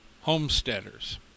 Homesteaders